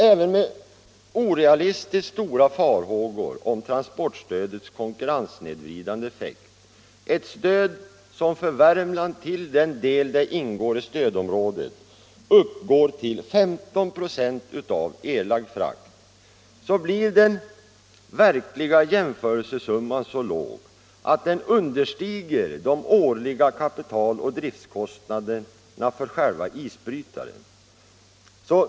Även med orealistiskt stora farhågor om transportstödets konkurrenssnedvridande effekt — ett stöd som för Värmland till den del det ingår i stödområdet uppgår till 15 96 av erlagd frakt — blir den verkliga jämförelsesumman så låg att den undersstiger de årliga kapitaloch driftkostnaderna för själva isbrytaren.